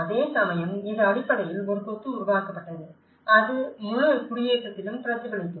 அதேசமயம் இது அடிப்படையில் ஒரு கொத்து உருவாக்கப்பட்டது அது முழு குடியேற்றத்திலும் பிரதிபலிக்கும்